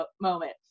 moment